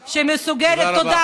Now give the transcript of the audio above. השעון.